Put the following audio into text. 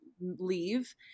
leave